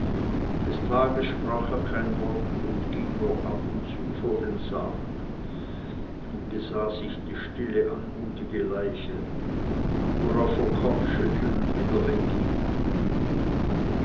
des tages sprach er kein wort und ging nur ab und zu vor den sarg und besah sich die stille anmutige leiche worauf er kopfschüttelnd wieder